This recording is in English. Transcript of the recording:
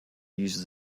use